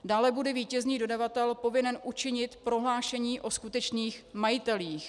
Dále bude vítězný dodavatel povinen učinit prohlášení o skutečných majitelích.